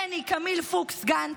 בני קמיל פוקס גנץ,